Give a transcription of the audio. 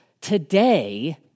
today